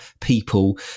people